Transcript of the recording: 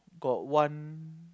got one